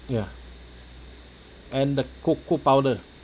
ya and the cocoa powder